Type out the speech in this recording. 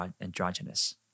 androgynous